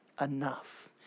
enough